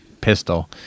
pistol